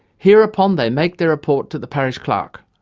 hereupon they make their report to the parish clerk'.